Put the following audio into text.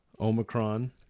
Omicron